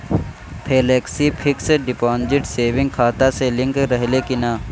Flexi fix deposit saving खाता से link रहले कि ना?